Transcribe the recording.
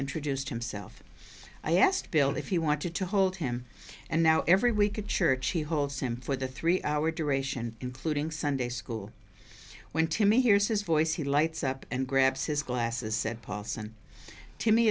introduced himself i asked bill if you wanted to hold him and now every week a church she holds him for the three hour duration including sunday school when timmy hears his voice he lights up and grabs his glasses said paulson to me